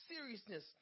seriousness